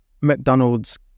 McDonald's